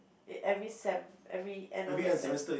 every sem every end of a sem